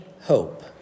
hope